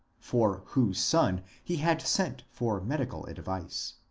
for whose son he had sent for medical advice.